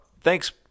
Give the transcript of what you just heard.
thanks